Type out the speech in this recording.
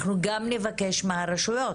אנחנו גם נבקש מהרשויות,